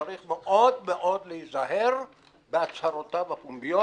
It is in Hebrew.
צריך מאוד-מאוד להיזהר בהצהרותיו הפומביות,